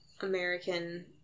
American